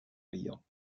riant